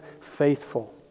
faithful